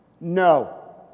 no